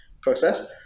process